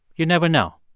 you never know.